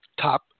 top